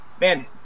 man